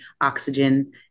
oxygen